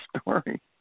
story